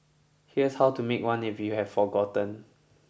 here's how to make one if you have forgotten